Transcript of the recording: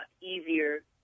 easier